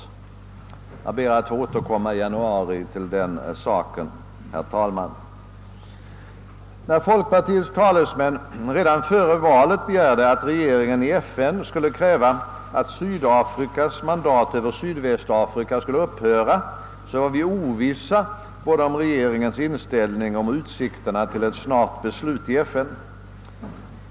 Jag ber, herr talman, att få återkomma i januari till den saken. När folkpartiets talesmän redan före valet begärde att regeringen i FN skulle kräva att Sydafrikas mandat över Sydvästafrika skulle upphöra, var vi Oovissa både om regeringens inställning och om utsikterna till ett snart beslut i FN.